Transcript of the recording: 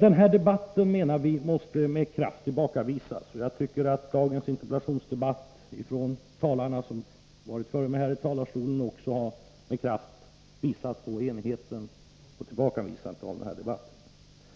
Den debatten måste med kraft tillbakavisas, och jag tycker att de talare som har stått här i talarstolen före mig i dagens interpellationsdebatt har gjort just detta och tydligt visat en enighet.